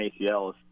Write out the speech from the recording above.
ACLs